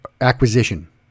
acquisition